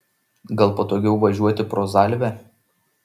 gal patogiau važiuoti pro zalvę